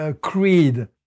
creed